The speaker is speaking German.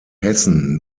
hessen